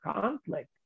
conflict